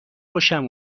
خوشم